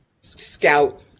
scout